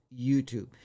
YouTube